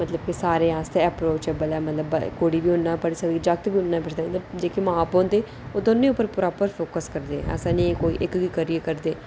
मतलब कि सारें आस्तै कुड़ी बी उन्नी पढ़ी सकदी जे जागत बी उन्ने गै पढ़ी सकदे जेह्के मां बब्ब होंदे ओह् दौनी उप्पर पूरा फोकस करदे ऐसा निं ऐ कोई इक गी फोकस करदे